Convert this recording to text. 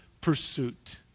pursuit